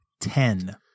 Ten